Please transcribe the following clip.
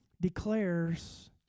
declares